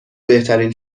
بهترین